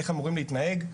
איך אמורים להתנהג.